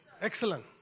Excellent